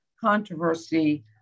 controversy